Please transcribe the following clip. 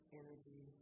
energy